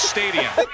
Stadium